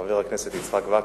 חבר הכנסת יצחק וקנין,